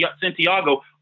Santiago